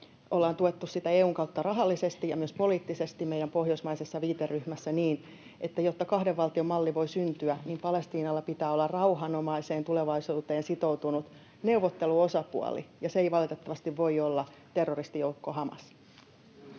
Ollaan tuettu sitä EU:n kautta rahallisesti ja myös poliittisesti meidän pohjoismaisessa viiteryhmässä niin, että jotta kahden valtion malli voi syntyä, niin Palestiinalla pitää olla rauhanomaiseen tulevaisuuteen sitoutunut neuvotteluosapuoli, ja se ei valitettavasti voi olla terroristijoukko Hamas.